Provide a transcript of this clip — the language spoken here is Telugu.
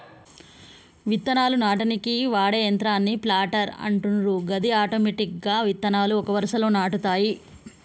విత్తనాలు నాటనీకి వాడే యంత్రాన్నే ప్లాంటర్ అంటుండ్రు గది ఆటోమెటిక్గా విత్తనాలు ఒక వరుసలో నాటుతాయి